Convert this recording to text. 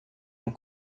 uma